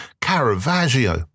Caravaggio